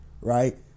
right